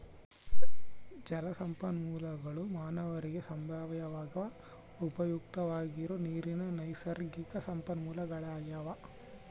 ಜಲಸಂಪನ್ಮೂಲಗುಳು ಮಾನವರಿಗೆ ಸಂಭಾವ್ಯವಾಗಿ ಉಪಯುಕ್ತವಾಗಿರೋ ನೀರಿನ ನೈಸರ್ಗಿಕ ಸಂಪನ್ಮೂಲಗಳಾಗ್ಯವ